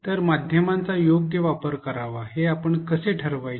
तर माध्यमांचा योग्य वापर करावा हे आपण कसे ठरवायचे